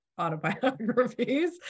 autobiographies